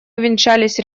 увенчались